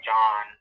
John